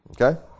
okay